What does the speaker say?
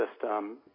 system